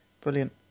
Brilliant